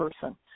person